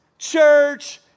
church